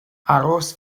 aros